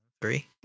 Three